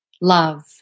love